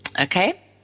okay